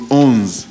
owns